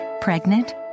Pregnant